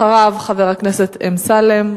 אחריו, חבר הכנסת אמסלם.